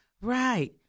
right